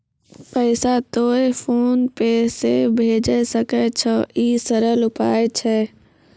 पैसा तोय PhonePe से भैजै सकै छौ? ई सरल उपाय छै?